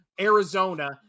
Arizona